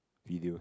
video